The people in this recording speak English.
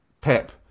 Pep